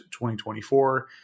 2024